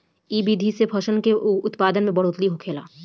इ विधि से फसल के उत्पादन में बढ़ोतरी होखेला